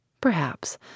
Perhaps